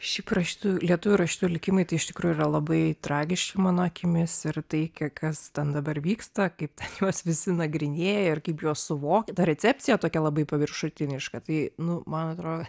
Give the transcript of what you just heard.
šiaip rašytojų lietuvių rašytojų likimai tai iš tikrųjų yra labai tragiši mano akimis ir tai kas ten dabar vyksta kaip ten juos visi nagrinėja ir kaip juos suvo tą recepcija tokia labai paviršutiniška tai nu man atroe